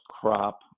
crop